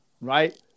right